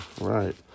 right